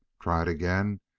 tried again,